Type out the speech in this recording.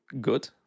good